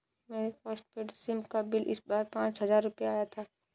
मेरे postpaid SIM का bill इस बार पाँच हजार रुपए आया था